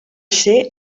ser